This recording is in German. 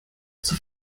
zur